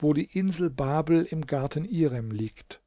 wo die insel babel im garten irem liegt